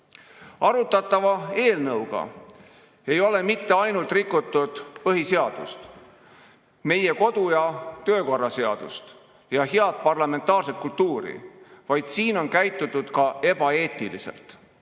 kuulutada. Arutatava eelnõuga ei ole mitte ainult rikutud põhiseadust, meie kodu- ja töökorra seadust ja head parlamentaarset kultuuri, vaid siin on käitutud ka ebaeetiliselt,